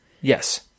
Yes